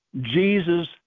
Jesus